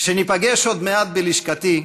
כשניפגש עוד מעט בלשכתי,